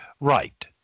Right